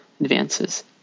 advances